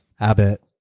Abbott